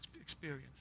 experience